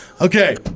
Okay